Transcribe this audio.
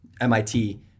MIT